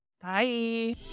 bye